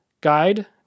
Guide